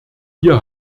hier